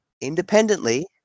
independently